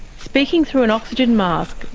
speaking through an oxygen mask,